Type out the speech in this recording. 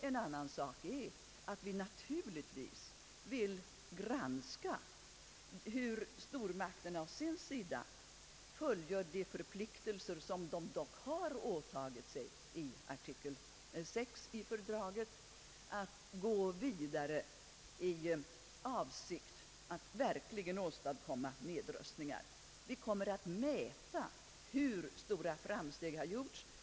En annan sak är att vi naturligtvis vill granska hur stormakterna å sin sida fullgör de förpliktelser som de dock har åtagit sig enligt artikel VI i fördraget, nämligen att förhandla vidare i avsikt att verkligen åstadkomma nedrustningar. Vi kommer att mäta hur stora framsteg som har gjorts.